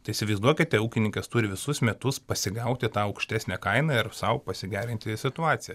tai įsivaizduokite ūkininkas turi visus metus pasigauti tą aukštesnę kainą ir sau pasigerinti situaciją